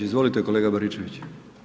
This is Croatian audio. Izvolite kolega Baričević.